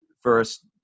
first